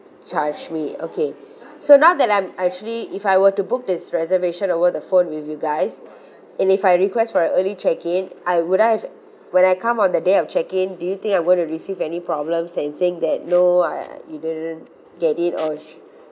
charge me okay so now that I'm actually if I were to book this reservation over the phone with you guys and if I request for a early check in I would I when I come on the day of check in do you think I'm gonna receive any problems and saying that no I you didn't get it or